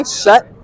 shut